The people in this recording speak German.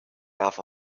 darf